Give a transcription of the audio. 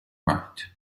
right